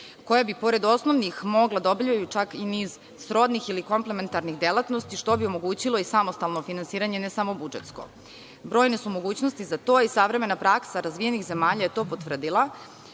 koja bi pored osnovnih mogla da obavljaju čak i niz srodnih ili komplementarnih delatnosti što bi omogućilo i samostalno finansiranje ne samo budžetsko. Brojne su mogućnosti za to i savremena praksa razvijenih zemalja je to potvrdila,